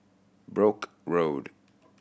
Brooke Road